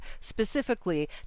specifically